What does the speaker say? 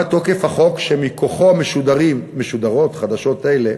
תוקף החוק שמכוחו משודרות חדשות אלה